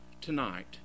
tonight